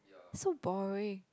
so boring